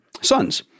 sons